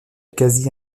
quasi